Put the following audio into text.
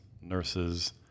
nurses